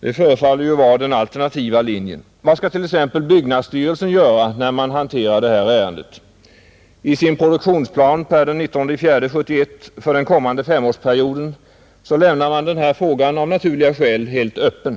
Det förefaller ju vara den alternativa linjen, Vad skall t.ex. byggnadsstyrelsen göra när man hanterar det här ärendet? I sin produktionsplan per den 19 april 1971 för den kommande femårsperioden lämnar styrelsen av naturliga skäl frågan helt öppen.